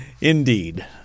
Indeed